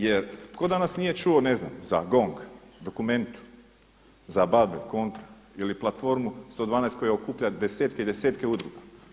Jer tko danas nije čuo ne znam za GONG, Documentu, za BaBe, Contru ili Platformu 112 koja okuplja desetke i desetke udruga.